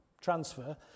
transfer